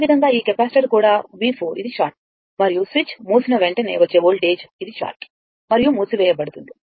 అదేవిధంగా ఈ కెపాసిటర్ కూడా V4 ఇది షార్ట్ మరియు స్విచ్ మూసిన వెంటనే వచ్చే వోల్టేజ్ ఇది షార్ట్ మరియు మూసివేయబడుతుంది